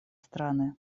страны